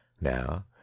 now